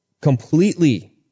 completely